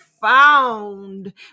found